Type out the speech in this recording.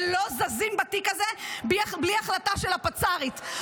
ולא זזים בתיק הזה בלי החלטה של הפצ"רית.